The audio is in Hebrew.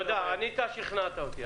שכנעת אותי.